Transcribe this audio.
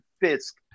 Fisk